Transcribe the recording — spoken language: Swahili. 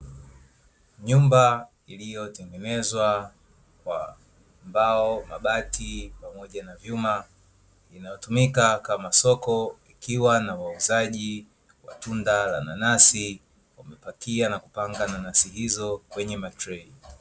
Nyumba iliyotengenezwa kwa mbao mabati pamoja na vyuma inayotumika kama soko ikiwa na wauzaji wa tunda la nanasi wamepakia na kupanga na nafsi hizo kwenye matrei.